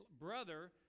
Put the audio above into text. brother